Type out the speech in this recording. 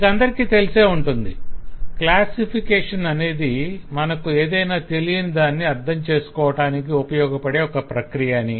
మీకందరికీ తెలిసే ఉంటుంది - క్లాసిఫికేషన్ అనేది మనకు ఏదైనా తెలియని దాన్ని అర్ధం చేసుకోవటానికి ఉపయోగపడే ఒక ప్రక్రియ అని